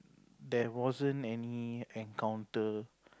there wasn't any encounter